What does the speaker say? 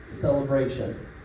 celebration